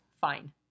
fine